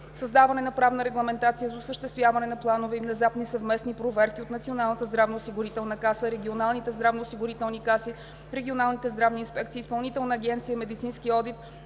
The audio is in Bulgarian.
създаване на правна регламентация за осъществяване на планови и внезапни съвместни комплексни проверки от Националната здравноосигурителна каса, регионалните здравноосигурителни каси, регионалните здравни инспекции, изпълнителна агенция „Медицински одит“